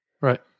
Right